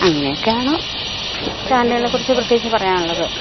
അങ്ങനെ ഒക്കെയാണ് ചാനലുകളെക്കുറിച്ച് പ്രത്യേകിച്ച് പറയാനുള്ളത്